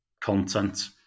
content